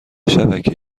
شبکه